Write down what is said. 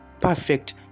perfect